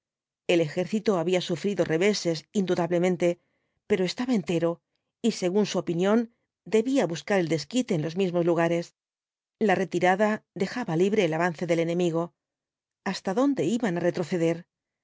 el ejército había sufrido reveses indudablemente pero estaba entero y según su opinión debía buscar el desquite en los mismos lugares la retirada dejaba libre el avance del enemigo hasta dónde iban á retroceder